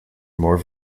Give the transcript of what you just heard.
more